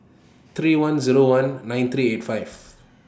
three one Zero one nine three eight five